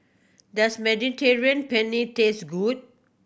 does Mediterranean Penne taste good